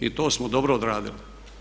I to smo dobro odradili.